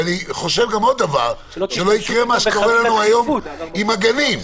עוד דבר: שלא יקרה מה שקרה לנו היום עם הגנים.